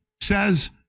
says